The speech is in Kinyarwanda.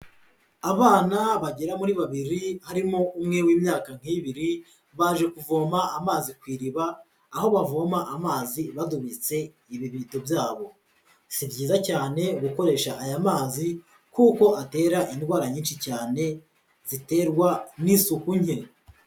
Abana bagera muri babiri harimo umwe w'imyaka nk'ibiri, baje kuvoma amazi ku iriba, aho bavoma amazi badunitse ibibido byabo. Si byiza cyane gukoresha aya mazi, kuko atera indwara nyinshi cyane, ziterwa n'isuku nke.